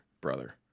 brother